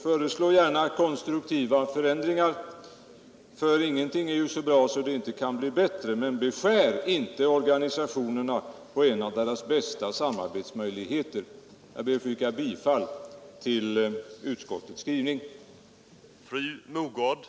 Föreslå gärna konstruktiva förändringar — ingenting är ju så bra att det inte kan bli bättre — men beröva inte organisationerna på detta område en av deras bästa samarbetsmöjligheter. Jag ber att få yrka bifall till utskottets hemställan.